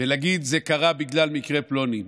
שזה קרה בגלל מקרה פלוני.